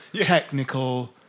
technical